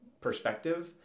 perspective